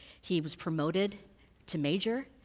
he was promoted to major.